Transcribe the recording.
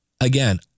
Again